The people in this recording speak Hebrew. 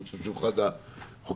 שזה אחד החוקים